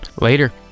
later